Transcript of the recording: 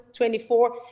24